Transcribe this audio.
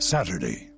Saturday